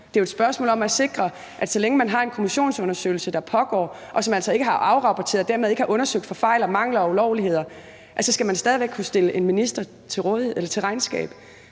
Det er jo et spørgsmål om at sikre, at så længe man har en kommissionsundersøgelse, der pågår, og som altså ikke har afrapporteret og dermed ikke har undersøgt for fejl, mangler og ulovligheder, så skal man stadig væk kunne stille en minister til regnskab.